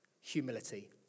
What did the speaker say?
humility